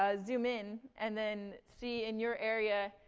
ah zoom in, and then see, in your area,